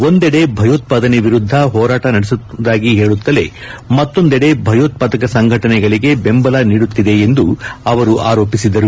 ಒಂದೆಡೆ ಭಯೋತ್ವಾದನೆ ವಿರುದ್ದ ಹೋರಾಟ ನಡೆಸುವುದಾಗಿ ಹೇಳುತ್ತಲೇ ಮತ್ತೊಂದೆಡೆ ಭಯೋತ್ವಾದಕ ಸಂಘಟನಗಳಿಗೆ ಬೆಂಬಲ ನೀಡುತ್ತಿದೆ ಎಂದು ಅವರು ಆರೋಪಿಸಿದರು